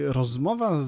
rozmowa